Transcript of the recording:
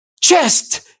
chest